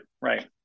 right